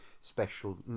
special